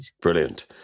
Brilliant